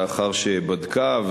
לאחר שבדקה,